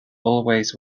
always